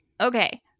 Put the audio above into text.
okay